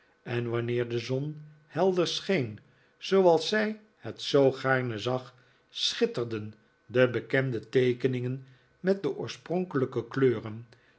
en wanneer de zon helder scheen zooals zij het zoo gaarne zag schitterden de bekende teekeningen met de oorspronkelijke kleuren